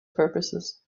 purposes